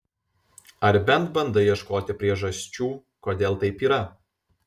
ar bent bandai ieškoti priežasčių kodėl taip yra